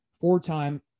four-time